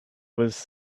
was